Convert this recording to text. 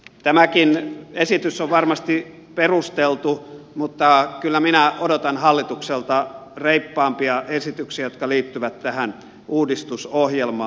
tämäkin esitys on varmasti perusteltu mutta kyllä minä odotan hallitukselta reippaampia esityksiä jotka liittyvät tähän uudistusohjelmaan